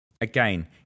Again